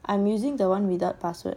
I'm using the one without password